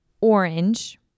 orange